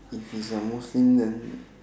if is a Muslim then